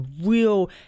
real